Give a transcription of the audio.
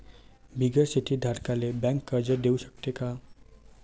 बिगर शेती धारकाले बँक कर्ज देऊ शकते का?